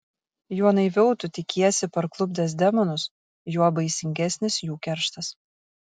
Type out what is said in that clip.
juo naiviau tu tikiesi parklupdęs demonus juo baisingesnis jų kerštas